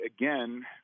again